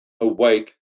awake